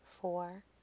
four